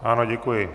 Ano, děkuji.